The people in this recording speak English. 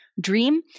Dream